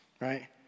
right